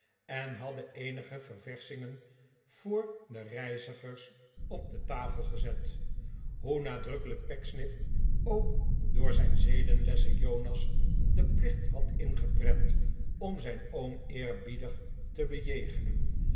en hadden eenige ververschingen voor de reizigers op de tafel gezet hoe nadrukkelijk pecksniff ook door zijn zedenlessen jonas den plicht had ingeprent om zijn oom eerbiedig te bejegenen